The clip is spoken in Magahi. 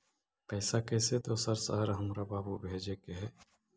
पैसा कैसै दोसर शहर हमरा बाबू भेजे के है?